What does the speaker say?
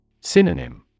Synonym